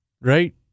right